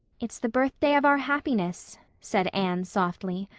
it's the birthday of our happiness, said anne softly.